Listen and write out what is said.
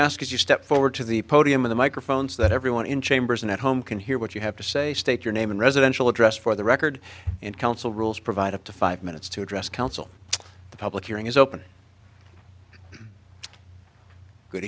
is you step forward to the podium of the microphones that everyone in chambers and at home can hear what you have to say state your name and residential address for the record in council rules provide up to five minutes to address council the public hearing is open good